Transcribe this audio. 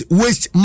waste